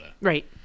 Right